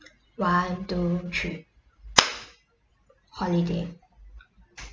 one two three holiday